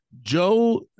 Joe